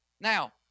Now